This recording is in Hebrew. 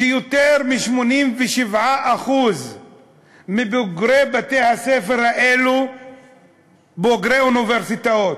שיותר מ-87% מבוגריהם הם בוגרי אוניברסיטאות,